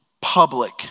public